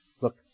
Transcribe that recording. Look